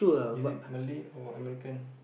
is it Malay or American